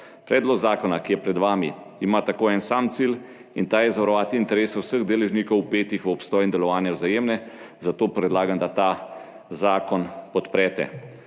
Predlog zakona, ki je pred vami, ima tako en sam cilj, in ta je zavarovati interese vseh deležnikov, vpetih v obstoj in delovanje Vzajemne, zato predlagam, da ta zakon podprete.